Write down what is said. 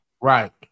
right